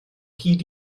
hyd